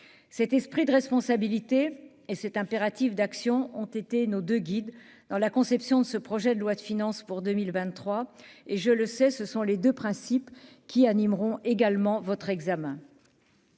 cet esprit de responsabilité et cet impératif d'actions ont été nos 2 guides dans la conception de ce projet de loi de finances pour 2023 et je le sais, ce sont les 2 principes qui animeront également votre examen.